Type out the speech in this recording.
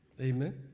amen